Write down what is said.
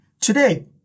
today